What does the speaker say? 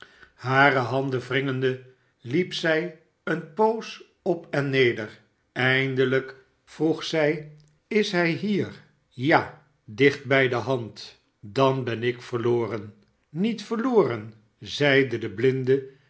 hare handen wringende liep zij eene poos op en neder eindelijk vroeg zij is hij hier ja dicht bij de hand dan ben ik verloren niet verloren zeide de blinde